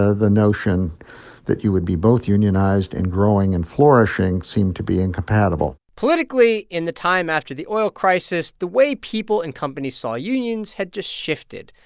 ah the notion that you would be both unionized and growing and flourishing seem to be incompatible politically, in the time after the oil crisis, the way people and companies saw unions had just shifted.